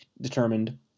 determined